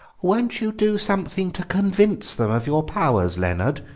won't you do something to convince them of your powers, leonard?